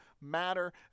matter